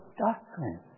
doctrine